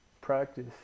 Practice